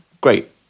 great